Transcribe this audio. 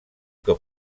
que